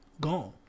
Gone